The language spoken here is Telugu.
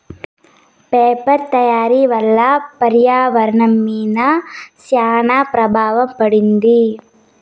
పేపర్ తయారీ వల్ల పర్యావరణం మీద శ్యాన ప్రభావం పడింది